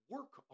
Work